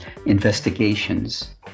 Investigations